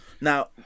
Now